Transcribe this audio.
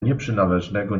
nieprzynależnego